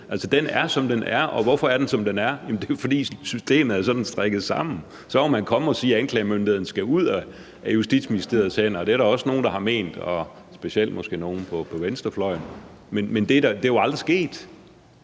– er, som den er. Og hvorfor er den, som den er? Jamen det er jo, fordi systemet er sådan strikket sammen. Så må man komme og sige, at anklagemyndigheden skal ud af Justitsministeriets hænder, og det er der også nogen, der har ment, specielt måske nogle på venstrefløjen, men det er jo aldrig sket,